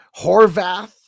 Horvath